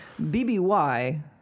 BBY